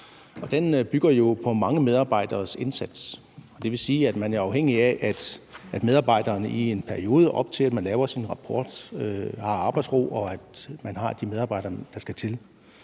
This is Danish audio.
og den bygger på mange medarbejderes indsats, og det vil jo sige, at man er afhængig af, at medarbejderne i en periode op til, at man laver sådan en rapport, har arbejdsro, og at man har de medarbejdere, der skal til.